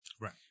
right